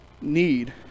need